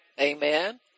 Amen